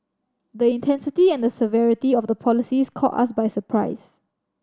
the intensity and the severity of the policies caught us by surprise